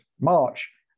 March